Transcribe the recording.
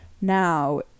now